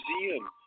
museum